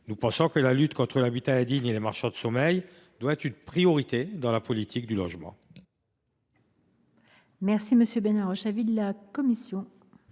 Nous pensons que la lutte contre l’habitat indigne et les marchands de sommeil doit être une priorité dans la politique du logement.